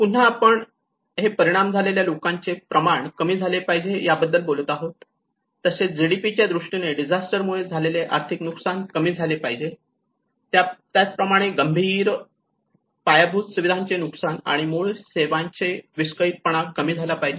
पुन्हा आपण हे परिणाम झालेल्या लोकांचे प्रमाण कमी झाले पाहिजे याबद्दल बोलत आहोत तसेच GDP च्या दृष्टीने डिझास्टर मुळे झालेले आर्थिक नुकसान कमी झाले पाहिजे त्याचप्रमाणे गंभीर पायाभूत सुविधाचे नुकसान आणि मूळ सेवाचे विस्कळीतपणा कमी झाला पाहिजे